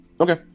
Okay